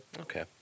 Okay